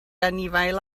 anifail